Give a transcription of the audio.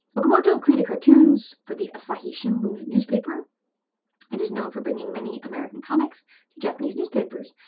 okamoto created cartoons for the asahi shinbun newspaper it is known for bringing many american comics to japanese newspapers.